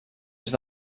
est